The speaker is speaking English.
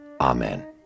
Amen